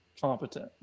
competent